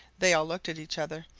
they all looked at each other,